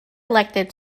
elected